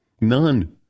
None